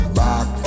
back